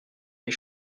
les